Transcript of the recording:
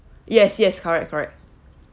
yes yes correct correct